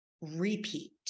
repeat